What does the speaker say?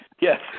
Yes